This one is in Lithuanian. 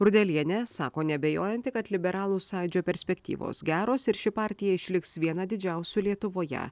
rudelienė sako neabejojanti kad liberalų sąjūdžio perspektyvos geros ir ši partija išliks viena didžiausių lietuvoje